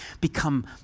become